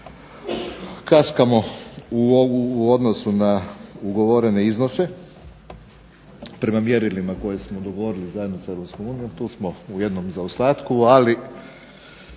Kaskamo u odnosu na ugovorene iznose prema mjerilima koje smo dogovorili zajedno sa EU tu smo u jednom zaostatku, ali